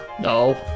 No